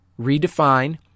redefine